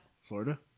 Florida